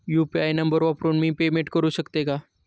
UPI नंबर वापरून मी पेमेंट करू शकते का?